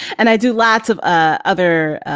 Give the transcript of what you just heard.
and i do lots of ah other.